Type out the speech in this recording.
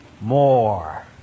more